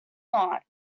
not